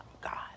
God